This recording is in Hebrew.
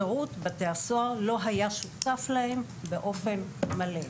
שירות בתי הסוהר לא היה שותף להם באופן מלא.